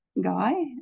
guy